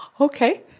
Okay